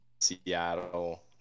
Seattle